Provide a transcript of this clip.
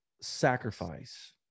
sacrifice